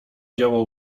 dzieło